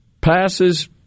passes